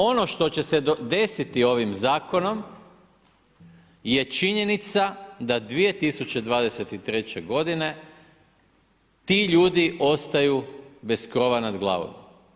Ono što će se desiti ovim zakonom, je činjenica da 2023. g. ti ljudi ostaju bez krova nad glavom.